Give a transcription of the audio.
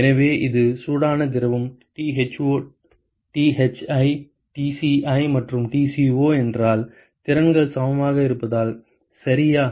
எனவே இது சூடான திரவம் Tho Thi Tci மற்றும் Tco என்றால் திறன்கள் சமமாக இருப்பதால் சரியா